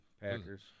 Packers